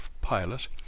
pilot